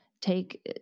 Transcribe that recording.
take